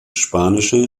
spanische